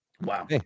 Wow